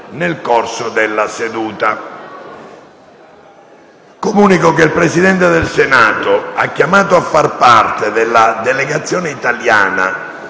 Comunico che il Presidente del Senato ha chiamato a far parte della delegazione italiana